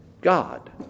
God